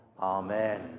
Amen